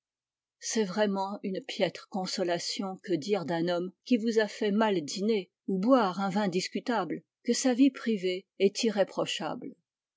c'est vraiment une piètre consolation que dire d'un homme qui vous a fait mal dîner ou boire un vin discutable que sa vie privée est irréprochable